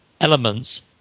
elements